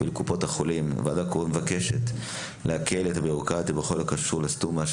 הוועדה מבקשת להקל את הבירוקרטיה בכל הקשור לסטומה,